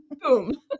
Boom